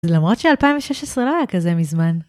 זה למרות ש-2016 לא היה כזה מזמן.